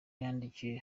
yandikiwe